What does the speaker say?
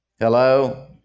hello